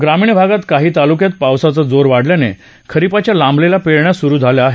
ग्रामीण भागात काही तालुक्यात पावसाचा जोर वाढल्याने खरिपाच्या लाबलेल्या पेरण्या सुरू झाल्या आहेत